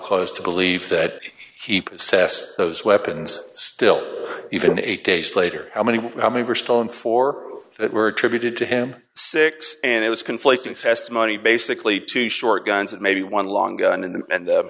cause to believe that he said those weapons still even eight days later how many how many were stolen for that were attributed to him six and it was conflicting testimony basically two short guns and maybe one long gun in and